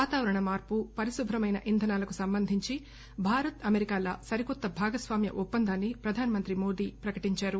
వాతావరణ మార్పు పరిశుభ్రమైన ఇంధనాలకి సంబంధించి భారత్ అమెరికాల సరికొత్త భాగస్వామ్య ఒప్పందాన్ని ప్రధానమంత్రి మోదీ ప్రకటించారు